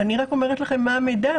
אני רק אומרת לכם מה המידע,